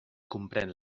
comprèn